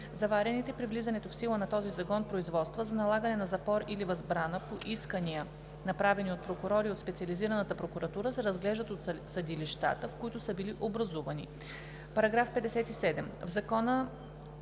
Заварените при влизането в сила на този закон производства за налагане на запор или възбрана по искания, направени от прокурори от специализираната прокуратура, се разглеждат от съдилищата, в които са били образувани.“ § 57.